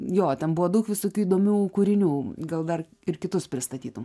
jo ten buvo daug visokių įdomių kūrinių gal dar ir kitus pristatytume